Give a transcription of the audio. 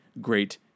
great